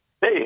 Hey